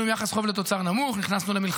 כן, ממש.